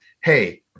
hey